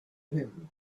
him